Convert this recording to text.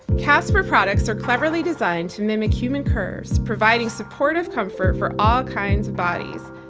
casper products are cleverly designed to mimic human curves, providing supportive comfort for all kinds of bodies.